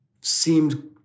seemed